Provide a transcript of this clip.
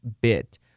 bit